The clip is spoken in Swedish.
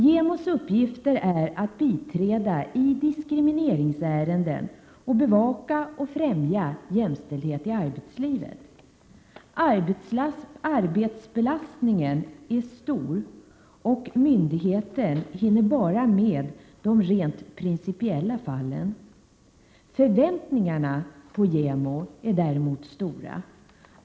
JämO:s uppgifter är att biträda i diskrimineringsärenden och bevaka och främja jämställdhet i arbetslivet. Arbetsbelastningen är stor och myndigheten hinner bara med de rent principiella fallen. Förväntningarna på JämO är däremot stora.